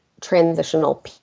transitional